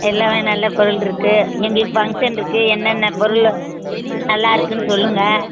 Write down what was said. எல்லாமே நல்ல பொருள் இருக்குது எங்களுக்கு ஃபங்க்ஷன் இருக்குது என்னென்னப் பொருள் நல்லா இருக்குன்னு சொல்லுங்கள்